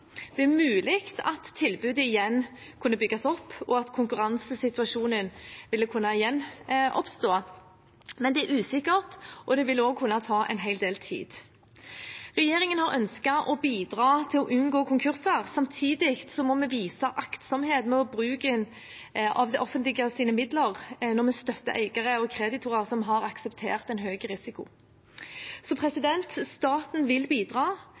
Det er mulig at tilbudet igjen vil kunne bygges opp, og at konkurransesituasjonen vil kunne gjenoppstå. Men det er usikkert, og det vil også kunne ta en hel del tid. Regjeringen har ønsket å bidra til å unngå konkurser. Samtidig må vi vise aktsomhet med å bruke av det offentliges midler når vi støtter eiere og kreditorer som har akseptert en høy risiko. Staten vil bidra,